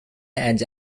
and